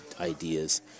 ideas